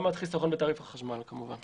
גם החיסכון בתעריף החשמל, כמובן.